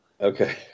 Okay